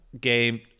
game